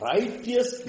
Righteous